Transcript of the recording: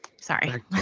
sorry